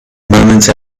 moment